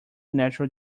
natural